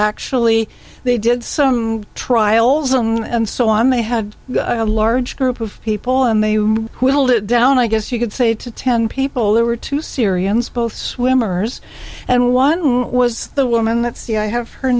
actually they did some trials and so on they had a large group of people and they whittled it down i guess you could say to ten people there were two syrians both swimmers and one was the woman that see i have her